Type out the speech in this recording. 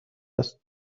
است